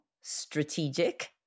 strategic